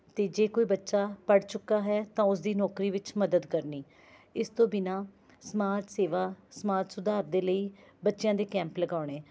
ਅਤੇ ਜੇ ਕੋਈ ਬੱਚਾ ਪੜ੍ਹ ਚੁੱਕਾ ਹੈ ਤਾਂ ਉਸ ਦੀ ਨੌਕਰੀ ਵਿੱਚ ਮਦਦ ਕਰਨੀ ਇਸ ਤੋਂ ਬਿਨਾਂ ਸਮਾਜ ਸੇਵਾ ਸਮਾਜ ਸੁਧਾਰ ਦੇ ਲਈ ਬੱਚਿਆਂ ਦੇ ਕੈਂਪ ਲਗਾਉਣੇ